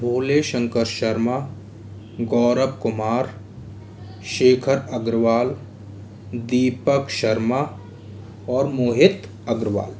भोले शंकर शर्मा गौरव कुमार शेखर अग्रवाल दीपक शर्मा और मोहित अग्रवाल